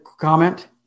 comment